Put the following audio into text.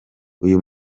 uyu